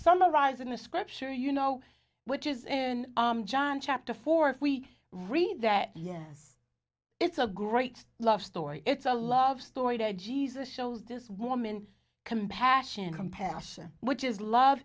summarized in the scripture you know which is in john chapter four if we read that yes it's a great love story it's a love story to jesus shows this woman compassion compassion which is love